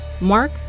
Mark